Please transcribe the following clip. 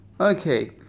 Okay